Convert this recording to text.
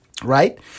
right